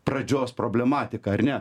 pradžios problematika ar ne